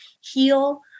heal